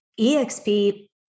Exp